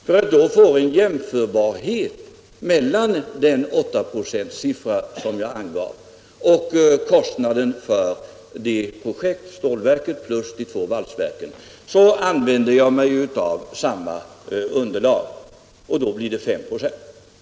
För att då få en jämförelse mellan denna siffra på 8 26 och kostnaden för stålverket plus de två valsverken använder jag mig av samma underlag, och då blir det 5 96.